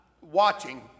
watching